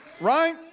right